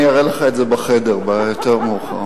אני אראה לך את זה בחדר, יותר מאוחר,